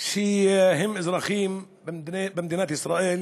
שהם אזרחים במדינת ישראל.